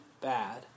bad